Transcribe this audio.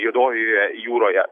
juodojoje jūroje